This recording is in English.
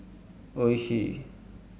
Oishi